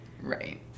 Right